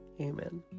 Amen